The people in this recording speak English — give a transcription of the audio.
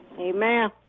Amen